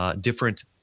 different